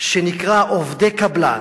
שנקרא "עובדי קבלן",